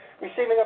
receiving